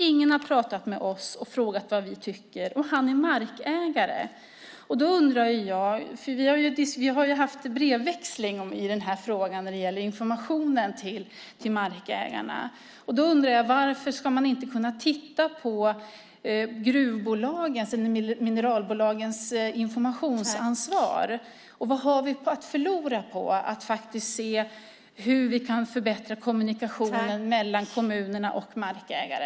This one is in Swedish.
Ingen har pratat med oss och frågat vad vi tycker. Han är markägare. Vi har brevväxlat när det gäller informationen till markägarna. Jag undrar varför man inte ska kunna titta på gruvbolagens eller mineralbolagens informationsansvar. Vad har vi att förlora på att se hur vi kan förbättra kommunikationen mellan kommunerna och markägare?